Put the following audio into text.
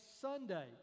Sunday